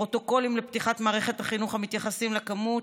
פרוטוקולים לפתיחת מערכת החינוך המתייחסים לכמות